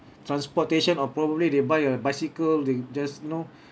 transportation or properly they buy a bicycle they just know